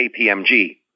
KPMG